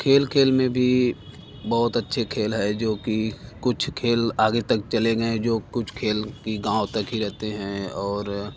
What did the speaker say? खेल खेल में भी बहुत अच्छे खेल है जो कि कुछ खेल आगे तक चले गए हैं जो कुछ खेल कि गाँव तक ही रहते हैं और